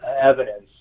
evidence